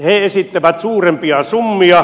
he esittävät suurempia summia